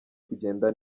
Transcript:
kugenda